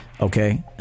okay